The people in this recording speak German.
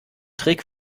trick